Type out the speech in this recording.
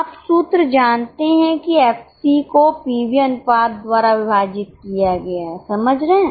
आप सूत्र जानते हैं कि एफसी को पीवी अनुपात द्वारा विभाजित किया गया है समझ रहे हैं